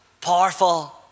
powerful